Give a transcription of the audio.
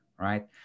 Right